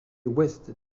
ouest